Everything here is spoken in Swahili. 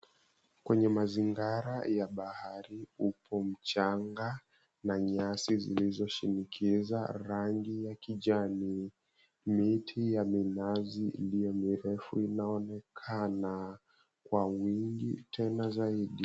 Kwenye mazingara ya bahari upo mchanga na nyasi zilizoshinikiza rangi ya kijani. Miti ya minazi iliyo mirefu inaonekana kwa wingi tena zaidi.